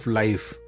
life